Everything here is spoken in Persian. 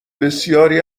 بسیاری